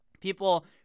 People